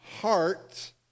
heart